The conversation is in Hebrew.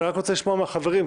אבל אני רוצה לשמוע מהחברים.